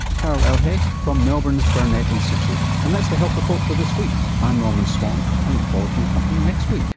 carol el-hayek from melbourne's burnet institute. and that's the health report for this week. i'm norman swan, i ah look forward to your company next week